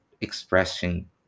expression